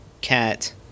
Cat